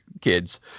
kids